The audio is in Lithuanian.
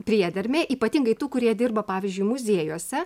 priedermė ypatingai tų kurie dirba pavyzdžiui muziejuose